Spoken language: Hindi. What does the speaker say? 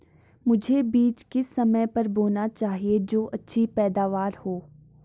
मुझे बीज किस समय पर बोना चाहिए जो अच्छी पैदावार हो?